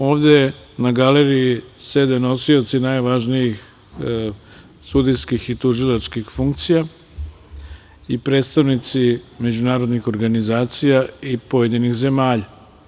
Ovde na galeriji sede nosioci najvažnijih sudijskih i tužilačkih funkcija i predstavnici međunarodnih organizacija i pojedinih zemalja.